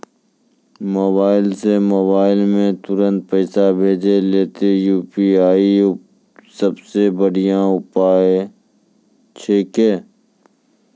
mobile से mobile मे तुरन्त पैसा भेजे लेली यू.पी.आई सबसे बढ़िया उपाय छिकै